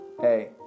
hey